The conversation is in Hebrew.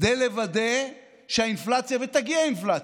כדי לוודא שהאינפלציה, ותגיע האינפלציה,